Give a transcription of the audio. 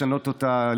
לשנות אותה,